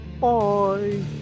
Bye